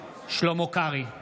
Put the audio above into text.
שלמה קרעי,